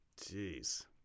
Jeez